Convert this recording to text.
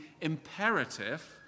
imperative